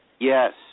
Yes